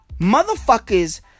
Motherfuckers